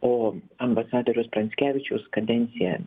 o ambasadoriaus pranckevičiaus kadencija